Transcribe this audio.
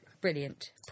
Brilliant